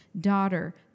daughter